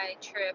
trip